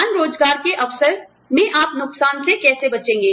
समान रोज़गार के अवसर में आप नुकसान से कैसे बचेंगे